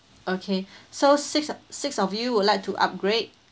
okay so six six of you would like to upgrade